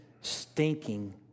stinking